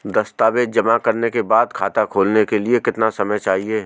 दस्तावेज़ जमा करने के बाद खाता खोलने के लिए कितना समय चाहिए?